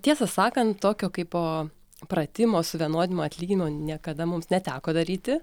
tiesą sakant tokio kaip o pratimo suvienodinimo atlyginimo niekada mums neteko daryti